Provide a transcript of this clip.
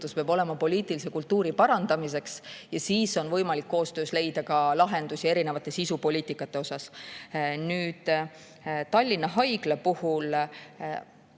pingutus poliitilise kultuuri parandamiseks. Siis on võimalik koostöös leida ka lahendusi erinevate sisupoliitikate osas. Nüüd, Tallinna Haigla